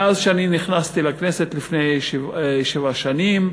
מאז שנכנסתי לכנסת, לפני שבע שנים,